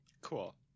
Cool